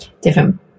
different